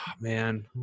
Man